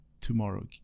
Tomorrow